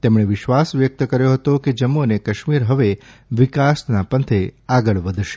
તેમણે વિશ્વાસ વ્યકત કર્યો હતો કે જમ્મુ અને કાશ્મીર હવે વિકાસના પંથે આગળ વધશે